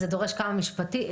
זה דורש כמה מפגשים.